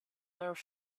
earth